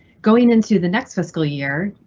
going into the next fiscal year,